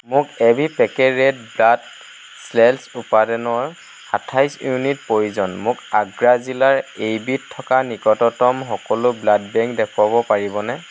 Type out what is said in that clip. মোক A B পেকে red blood cells উপাদানৰ আঠাইছ ইউনিট প্ৰয়োজন মোক আগ্ৰা জিলাৰ এইবিধ থকা নিকটতম সকলো ব্লাড বেংক দেখুৱাব পাৰিবনে